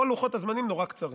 כל לוחות הזמנים נורא קצרים,